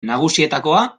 nagusietakoa